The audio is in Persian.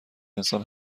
انسان